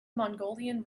mongolian